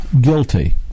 guilty